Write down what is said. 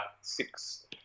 six